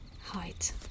height